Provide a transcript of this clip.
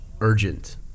urgent